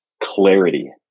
clarity